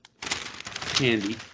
Candy